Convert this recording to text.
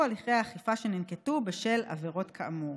הליכי אכיפה שננקטו בשל עבירות כאמור.